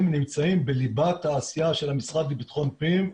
הם נמצאים בליבת העשייה של המשרד לביטחון פנים.